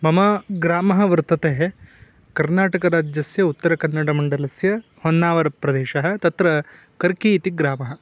मम ग्रामः वर्तते कर्नाटकराज्यस्य उत्तरकन्नडमण्डलस्य होन्नावरप्रदेशः तत्र कर्की इति ग्रामः